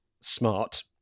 smart